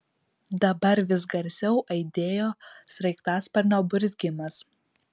dabar vis garsiau aidėjo sraigtasparnio burzgimas